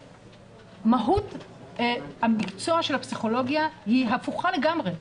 מהות המקצוע של הפסיכולוגיה היא הפוכה לגמרי.